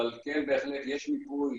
אבל כן בהחלט יש מיפוי,